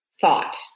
thought